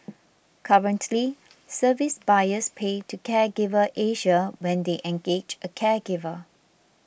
currently service buyers pay to Caregiver Asia when they engage a caregiver